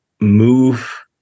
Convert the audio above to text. move